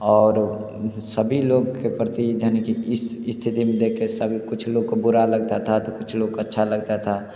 और सभी लोग के प्रति यानि कि इस स्थिति में देख के सभी कुछ लोग को बुरा लगता था तो कुछ लोग को अच्छा लगता था